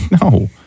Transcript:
No